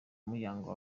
muyango